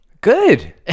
good